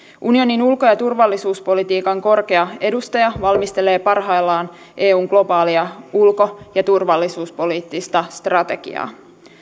unionin ulko ja turvallisuuspolitiikan korkea edustaja valmistelee parhaillaan eun globaalia ulko ja turvallisuuspoliittista strategiaa